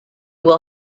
will